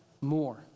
more